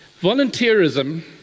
Volunteerism